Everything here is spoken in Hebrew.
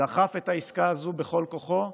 דחף את העסקה הזו בכל כוחו.